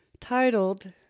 titled